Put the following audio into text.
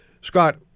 Scott